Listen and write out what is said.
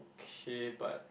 okay but